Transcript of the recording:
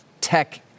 tech